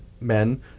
men